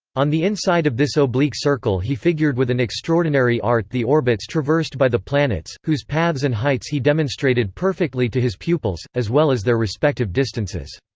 on the inside of this oblique circle he figured with an extraordinary art the orbits traversed by the planets, whose paths and heights he demonstrated perfectly to his pupils, as well as their respective distances.